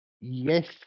Yes